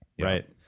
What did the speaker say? right